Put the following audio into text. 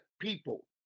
people